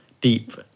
deep